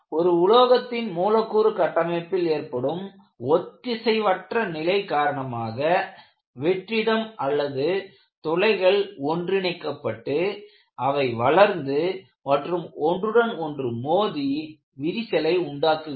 ஒரு உலோகத்தின் மூலக்கூறு கட்டமைப்பில் ஏற்படும் ஒத்திசைவற்ற நிலை காரணமாக வெற்றிடம் அல்லது துளைகள் ஒன்றிணைக்கப்பட்டு அவை வளர்ந்து மற்றும் ஒன்றுடன் ஒன்று மோதி விரிசலை உண்டாக்குகிறது